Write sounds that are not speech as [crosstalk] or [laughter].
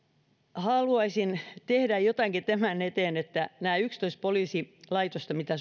haluaisin tehdä jotakin tämän eteen että jokaiseen yhteentoista poliisilaitokseen mitä [unintelligible]